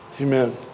amen